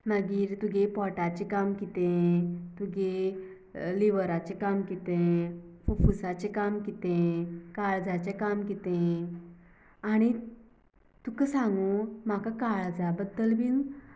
मागीर तुगे पोटाचें काम किदें तुगे लिवराचें काम किदें फुफुसाचें काम किदें काळजाचें काम किदें आननी तुका सांगूं म्हाका काळजा बद्दल बीन